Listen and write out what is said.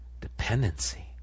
dependency